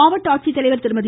மாவட்ட ஆட்சித்தலைவர் திருமதி